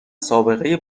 سابقه